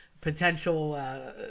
potential